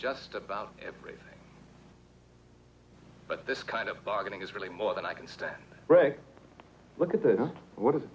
just about everything but this kind of bargaining is really more than i can stand reg look at the what is it